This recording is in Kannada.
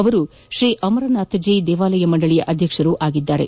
ಅವರು ಶ್ರೀ ಅಮರನಾಥ ಜೀ ದೇವಾಲಯ ಮಂಡಳಿಯ ಅಧ್ಯಕ್ಷರೂ ಆಗಿದ್ದಾರೆ